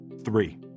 three